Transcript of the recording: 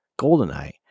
GoldenEye